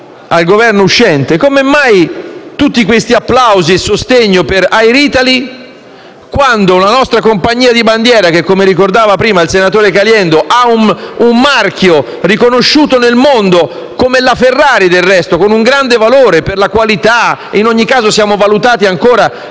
come mai tutti questi applausi e sostegno per Air Italy, quando la nostra compagnia di bandiera, come ricordava prima il senatore Caliendo, ha un marchio riconosciuto nel mondo (come la Ferrari del resto), con un grande valore per la qualità (in ogni caso siamo valutati ancora come